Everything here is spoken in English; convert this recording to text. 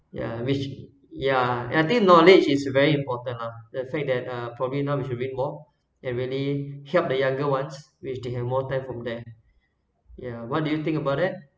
yeah which yeah I think knowledge is very important lah the fact that uh probably now we should read more it really help the younger ones which to have more time from there yeah what do you think about it